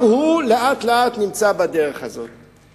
לאט לאט הוא כבר נמצא בדרך הזאת.